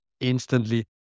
instantly